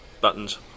buttons